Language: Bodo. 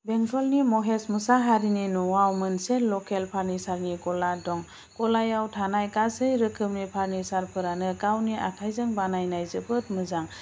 बेंटलनि महेस मोसाहारिनि न'आव मोनसे लकेल पारनिसारनि गला दं गलायाव थानाय गासै रोखोमनि पारनिसार फोरानो गावनि आखायजों बानायनाय जोबोर मोजां